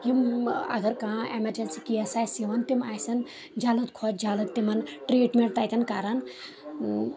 یِم اگر کانٛہہ اٮ۪مرجٮ۪نسی کیس آسہِ یِوان تِم آسَن جلٕد کھۄتہٕ جلٕد تِمن ٹریٖٹمنٹ تتیٚن کران